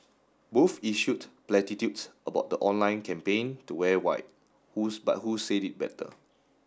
both issued platitudes about the online campaign to wear white who but who said it better